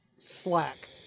Slack